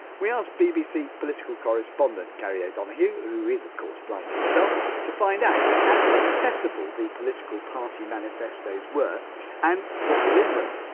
we asked bbc political correspondent, gary o'donoghue, who is of course blind himself to find out how accessible the political party manifestos were and what was in them.